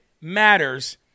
matters